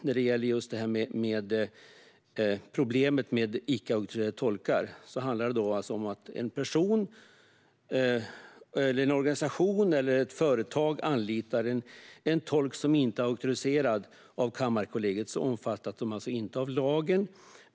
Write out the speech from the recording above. När det gäller problemet med icke auktoriserade tolkar handlar det alltså om detta: Om en person, en organisation eller ett företag anlitar en tolk som inte är auktoriserad av Kammarkollegiet omfattas tolken inte av lagen.